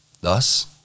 Thus